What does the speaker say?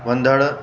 वंदड़